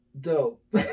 Dope